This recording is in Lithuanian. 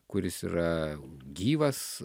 kuris yra gyvas